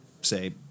say